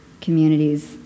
communities